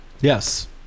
yes